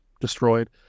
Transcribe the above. destroyed